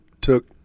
took